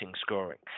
scoring